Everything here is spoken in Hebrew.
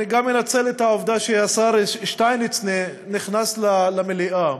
אני גם מנצל את העובדה שהשר שטייניץ נכנס למליאה,